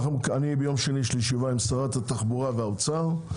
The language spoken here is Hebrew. ביום שני יש לי ישיבה עם שרת התחבורה ומשרד האוצר,